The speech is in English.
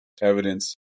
evidence